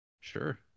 Sure